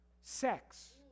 sex